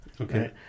Okay